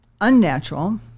unnatural